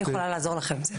אני יכולה לעזור לכם.